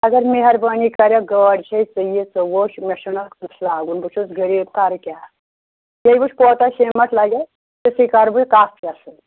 اگر مہربٲنی کَرٮ۪کھ گٲڑۍ چھے ژٕ یہِ ژٕ وُچھ مےٚ چھُنہٕ اَتھ کُس لاگُن بہٕ چھُس غریٖب کَرٕ کیٛاہ بیٚیہِ وٕچھ کوتاہ شیٖمٹ لَگہِ اَسہِ تِتھٕے کَرٕ بہٕ کَتھ ژےٚ سۭتۍ